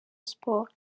sports